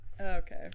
Okay